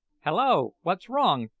hallo! what's wrong?